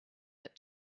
but